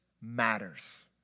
matters